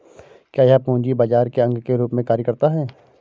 क्या यह पूंजी बाजार के अंग के रूप में कार्य करता है?